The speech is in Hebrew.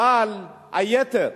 אבל היתר,